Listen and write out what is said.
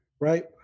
right